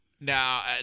Now